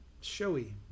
showy